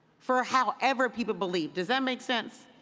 for however people believe. does that make sense?